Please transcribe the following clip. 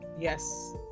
Yes